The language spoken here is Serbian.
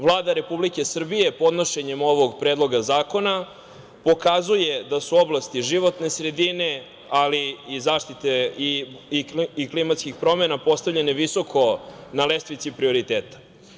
Vlada Republike Srbije, podnošenjem ovog predloga zakona, pokazuje da su oblasti životne sredine i klimatskih promena postavljene visoko na lestvici prioriteta.